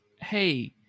hey